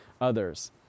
others